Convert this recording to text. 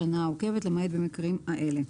השנה העוקבת), למעט במקרים אלה: